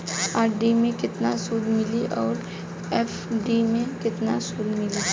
RD मे केतना सूद मिली आउर एफ.डी मे केतना सूद मिली?